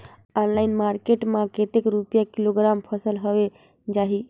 Online market मां कतेक रुपिया किलोग्राम फसल हवे जाही?